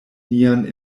nian